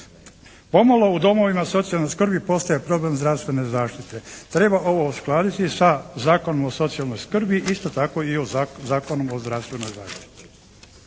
Pomalo u domovima socijalne skrbi postaje problem zdravstvene zaštite. Treba ovo uskladiti sa Zakonom o socijalnoj skrbi, isto tako i sa Zakonom o zdravstvenoj zaštiti.